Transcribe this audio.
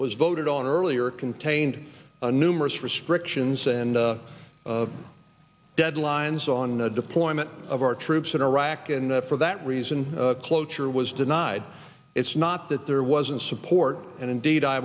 was voted on earlier contained a numerous restrictions and deadlines on the deployment of our troops in iraq and for that reason cloture was denied it's not that there wasn't support and indeed i